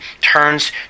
turns